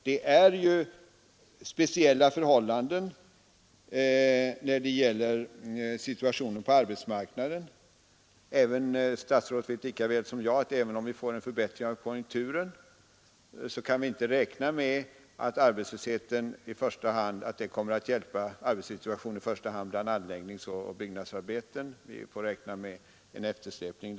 Vi har ju nu en alldeles speciell situation på arbetsmarknaden, men statsrådet vet lika bra som jag att även om vi får en förbättring av konjunkturen kan vi ändå inte räkna med att arbetssituationen kommer att hjälpas upp i första hand bland anläggningsoch byggnadsarbetare. Där får vi räkna med en viss eftersläpning.